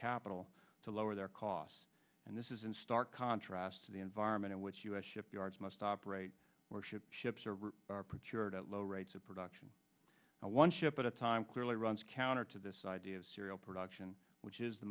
capital to lower their costs and this is in stark contrast to the environment in which u s shipyards must operate or ship ships at low rates of production one ship at a time clearly runs counter to this idea of serial production which is the